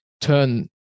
turn